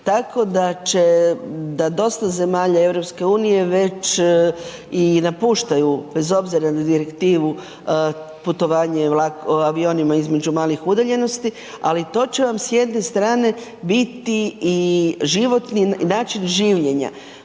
tako da će, da dosta zemalja EU već i napuštaju bez obzira na direktivu putovanje avionima između malih udaljenosti, ali to će vam s jedne strane biti i način življenja.